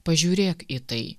pažiūrėk į tai